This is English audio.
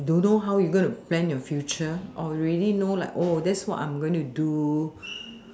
don't know how to plan your future or you already know like oh that's what I'm going to do